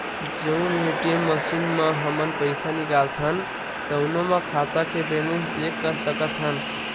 जउन ATM machine म हमन पइसा निकालथन तउनो म खाता के बेलेंस चेक कर सकत हन